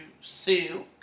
sue